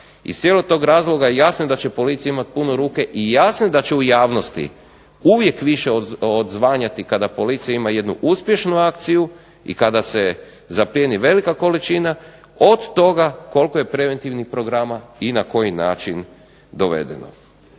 Iz cijelog tog razloga jasno je da će policija imati pune ruke i jasno je da će u javnosti uvijek više odzvanjati kada policija ima jednu uspješnu akciju i kada se zaplijeni velika količina od toga koliko je preventivnih programa i na koji način dovedeno.